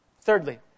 Thirdly